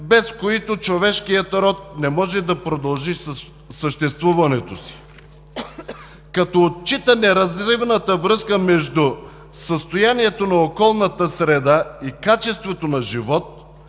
без които човешкият род не може да продължи със съществуването си. Като отчита неразривната връзка между състоянието на околната среда и качеството на живот,